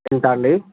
ఎంతండి